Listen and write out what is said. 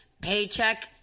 paycheck